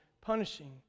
punishing